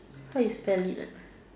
how you spell it like